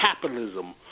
capitalism